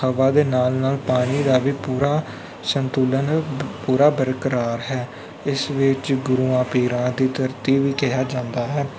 ਹਵਾ ਦੇ ਨਾਲ ਨਾਲ ਪਾਣੀ ਦਾ ਵੀ ਪੂਰਾ ਸੰਤੁਲਨ ਪੂਰਾ ਬਰਕਰਾਰ ਹੈ ਇਸ ਵਿੱਚ ਗੁਰੂਆਂ ਪੀਰਾਂ ਦੀ ਧਰਤੀ ਵੀ ਕਿਹਾ ਜਾਂਦਾ ਹੈ